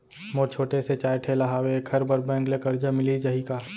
मोर छोटे से चाय ठेला हावे एखर बर बैंक ले करजा मिलिस जाही का?